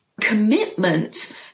commitment